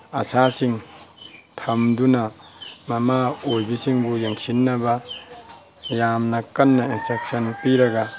ꯑꯁꯥꯁꯤꯡ ꯊꯝꯗꯨꯅ ꯃꯃꯥ ꯑꯣꯏꯕꯤꯁꯤꯡꯕꯨ ꯌꯦꯟꯁꯤꯟꯅꯕ ꯌꯥꯝꯅ ꯀꯟꯅ ꯏꯟꯁꯇ꯭ꯔꯛꯁꯟ ꯄꯤꯔꯒ